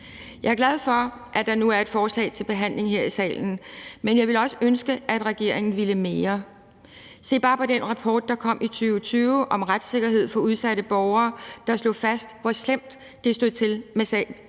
Jeg er glad for, at der nu er et forslag til behandling her i salen, men jeg ville også ønske, at regeringen ville mere. Se bare på den rapport, som kom i 2020, om retssikkerhed for udsatte borgere, der slog fast, hvor slemt det står til med